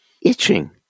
itching